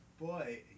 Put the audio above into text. boy